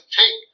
take